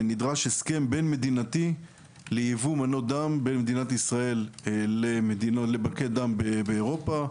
נדרש הסכם בין-מדינתי לייבוא מנות דם בין מדינת ישראל לבנקי דם באירופה.